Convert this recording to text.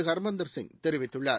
ஹர்மந்தர் சிங் தெரிவித்துள்ளார்